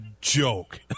joke